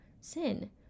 sin